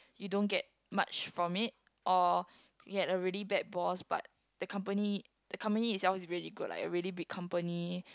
you don't get much from it or you had a really bad boss but the company the company itself is really good like a really big company